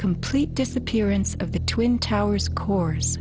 complete disappearance of the twin towers cores